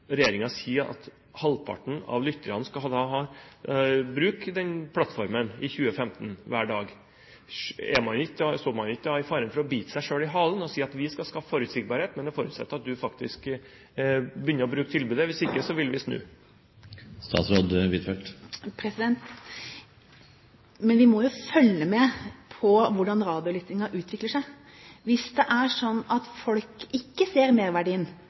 sier at halvparten av lytterne skal bruke den plattformen i 2015 hver dag, står man ikke da i fare for å bite seg selv i halen og si at vi skal skape forutsigbarhet, men det forutsetter at du faktisk begynner å bruke tilbudet? Hvis ikke vil vi snu. Men vi må jo følge med på hvordan radiolyttingen utvikler seg. Hvis det er slik at folk ikke ser merverdien